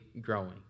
growing